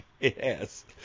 Yes